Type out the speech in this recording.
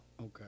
Okay